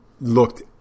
looked